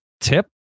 tip